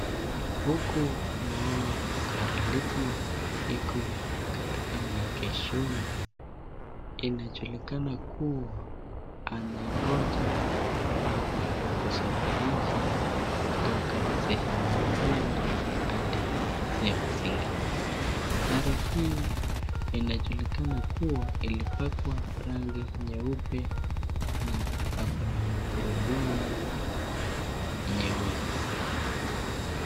Huku naona gari lipya iko katika maegeshoni. Inajulikana kuwa ameingoja watu wa kusafirisha kutoka sehemu nyingine hadi sehemu zingine. Gari hii inajulikana kuwa ilipakwa rangi nyeupe na ako na magurudumu nyeusi.